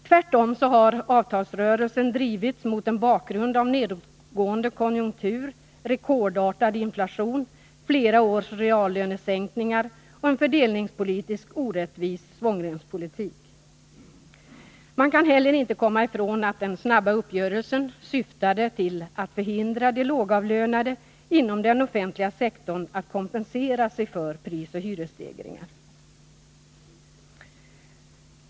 Tvärtom har avtalsrörelsen drivits mot en bakgrund av nedåtgående konjunktur, rekordartad inflation, flera års reallönesänkningar och en fördelningspolitiskt orättvis svångremspolitik. Man kan heller inte komma ifrån att den snabba uppgörelsen syftade till att förhindra de lågavlönade inom den offentliga sektorn att kompensera sig för prisoch hyresstegringar.